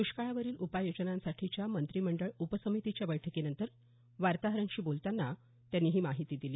द्ष्काळावरील उपाययोजनांसाठीच्या मंत्रीमंडळ उपसमितीच्या बैठकीनंतर वार्ताहरांशी बोलतांना त्यांनी ही माहिती दिली